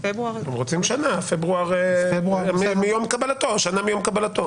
רוצים שנה מיום קבלתו.